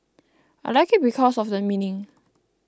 I like it because of the meaning